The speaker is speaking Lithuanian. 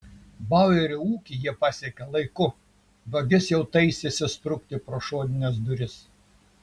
bauerio ūkį jie pasiekė laiku vagis jau taisėsi sprukti pro šonines duris